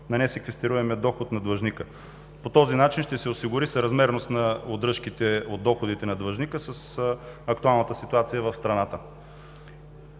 на несеквестируемия доход на длъжника. По този начин ще се осигури съразмерност на удръжките от доходите на длъжника с актуалната ситуация в страната.